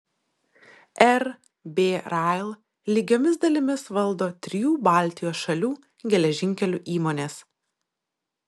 rb rail lygiomis dalimis valdo trijų baltijos šalių geležinkelių įmonės